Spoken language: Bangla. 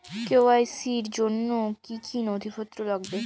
কে.ওয়াই.সি র জন্য কি কি নথিপত্র লাগবে?